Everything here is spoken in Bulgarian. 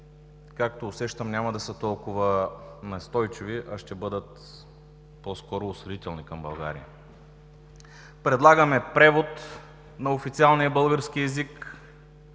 както усещам, няма да са толкова настойчиви, а ще бъдат по-скоро осъдителни към България. Предлагаме превод на официалния български език